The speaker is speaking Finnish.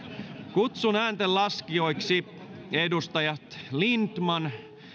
kutsun ääntenlaskijoiksi edustajat lindtman